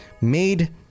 made